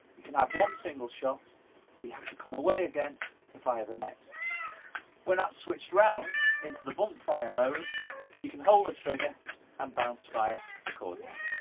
you can have one single shot but you have to come away again to fire the next when that's switched around into the bump fire mode you can hold the trigger and bounce fire accordingly